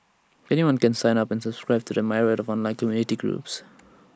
anyone can sign up and subscribe to the myriad of online community groups